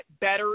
better